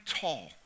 tall